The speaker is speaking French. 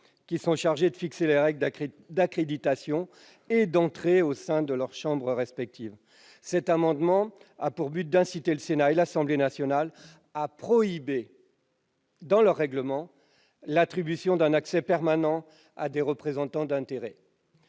qui sont chargés de fixer les règles d'accréditation et d'entrée au sein de leurs chambres respectives. Cet amendement a pour but d'inciter le Sénat et l'Assemblée nationale à prohiber, dans leurs règlements, l'attribution d'un accès permanent à des représentants d'intérêts.